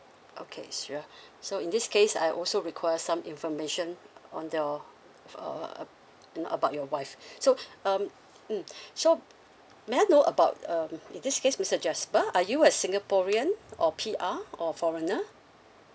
okay sure so in this case I also require some information on your uh and about your wife so um mm so may I know about um in this case mister jasper are you a singaporean or P_R or foreigner